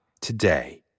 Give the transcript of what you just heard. today